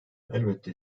elbette